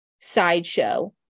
sideshow